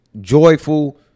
joyful